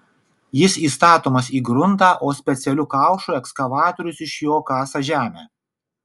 jis įstatomas į gruntą o specialiu kaušu ekskavatorius iš jo kasa žemę